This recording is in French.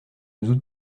doutent